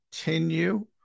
continue